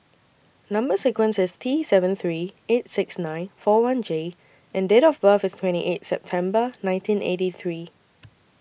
Number sequence IS T seven three eight six nine four one J and Date of birth IS twenty eight September nineteen eighty three